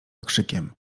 okrzykiem